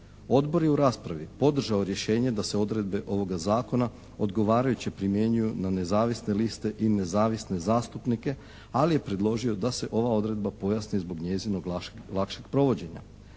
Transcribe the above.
Odbor je u raspravi podržao rješenje da se odredbe ovoga zakona odgovarajuće primjenjuju na nezavisne liste i nezavisne zastupnike, ali je predložio da se ova odredba pojasni zbog njezinog lakšeg provođenja.